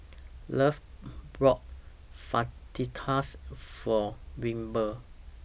Lovett bought Fajitas For Wilbert